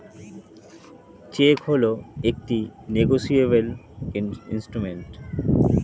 check হল একটি negotiable instrument